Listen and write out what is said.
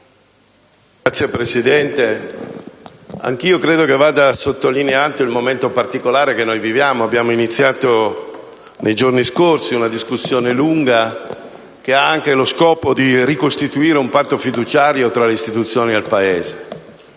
Signor Presidente, anch'io credo che vada sottolineato il momento particolare che viviamo. Abbiamo iniziato nei giorni scorsi una lunga discussione che ha anche lo scopo di ricostituire un patto fiduciario tra le istituzioni e il Paese.